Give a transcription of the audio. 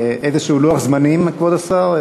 באיזה לוח זמנים, כבוד השר?